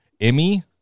Emmy